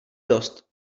dost